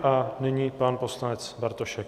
A nyní pan poslanec Jan Bartošek.